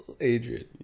Adrian